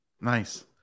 Nice